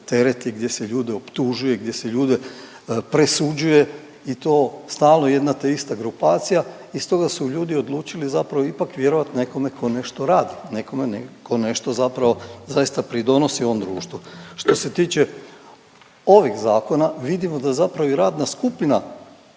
gdje se ljude optužuje, gdje se ljude presuđuje i to stalno jedna te ista grupacija i stoga su ljudi odlučili zapravo ipak vjerovati nekome tko nešto radi, nekome tko nešto zapravo zaista pridonosi ovom društvu. Što se tiče ovih zakona vidimo da zapravo i radna skupina